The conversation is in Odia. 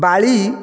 ବାଳୀ